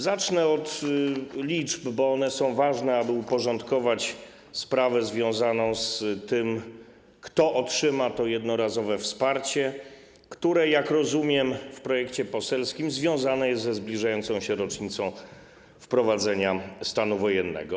Zacznę od liczb, bo one są ważne, aby uporządkować sprawy związane z tym, kto otrzyma to jednorazowe wsparcie, które w projekcie poselskim związane jest, jak rozumiem, ze zbliżającą się rocznicą wprowadzenia stanu wojennego.